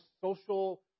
social